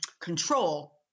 control